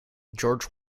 george